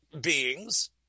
beings